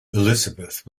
elizabeth